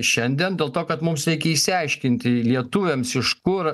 šiandien dėl to kad mums reikia išsiaiškinti lietuviams iš kur